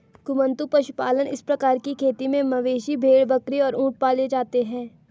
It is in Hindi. घुमंतू पशुपालन इस प्रकार की खेती में मवेशी, भेड़, बकरी और ऊंट पाले जाते है